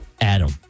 Adam